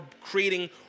creating